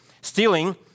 stealing